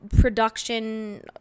production